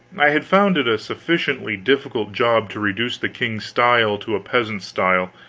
i had found it a sufficiently difficult job to reduce the king's style to a peasant's style,